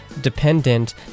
dependent